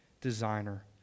designer